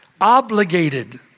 obligated